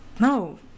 no